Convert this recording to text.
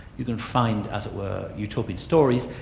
you can find, as it were, utopian stories,